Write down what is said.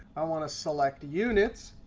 i want to select units,